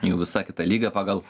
jau visai kita lyga pagal